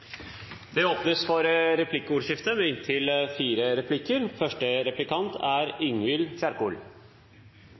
Det åpnes for inntil fire replikker